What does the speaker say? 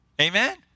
Amen